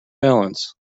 balance